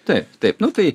taip taip nu tai